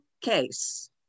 Case